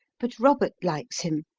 but robert likes him.